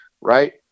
Right